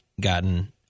gotten